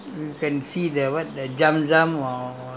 and the diamond then royal then